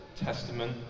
testament